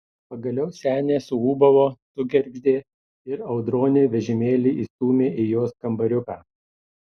pagaliau senė suūbavo sugergždė ir audronė vežimėlį įstūmė į jos kambariuką